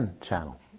channel